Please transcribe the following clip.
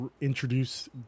introduce